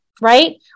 right